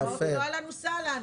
אמרתי לו, אהלן וסהלן.